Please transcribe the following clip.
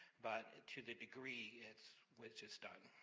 but to the degree it's which is done.